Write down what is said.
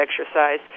exercise